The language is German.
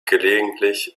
gelegentlich